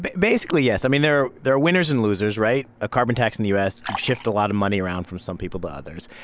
but basically, yes. i mean, there there are winners and losers, right? a carbon tax in the u s. could shift a lot of money around from some people to others.